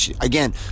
Again